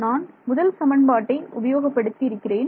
நான் முதல் சமன்பாட்டை உபயோகப்படுத்தி இருக்கிறேன்